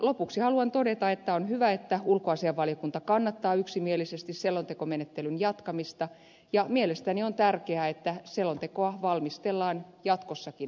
lopuksi haluan todeta että on hyvä että ulkoasiainvaliokunta kannattaa yksimielisesti selontekomenettelyn jatkamista ja mielestäni on tärkeää että selontekoa valmistellaan jatkossakin parlamentaarisesti